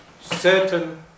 certain